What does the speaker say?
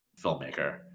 filmmaker